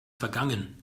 vergangen